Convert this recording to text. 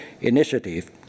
Initiative